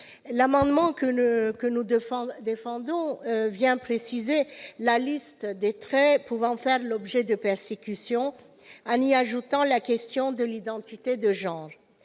L'amendement que nous défendons a pour objet de préciser la liste des traits pouvant faire l'objet de persécutions, en y ajoutant la question de l'identité de genre.